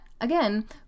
again